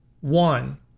One